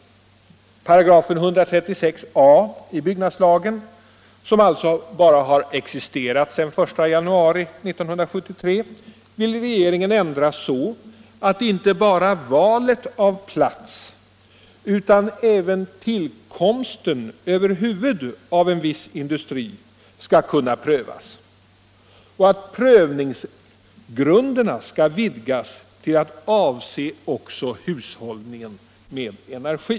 I § 136 a byggnadslagen som alltså bara har existerat sedan den 1 januari 1973 vill regeringen ändra så att inte bara valet av plats utan även tillkomsten över huvud av en viss industri skall kunna prövas och att prövningsgrunderna skall vidgas till att avse också hushållningen med energi.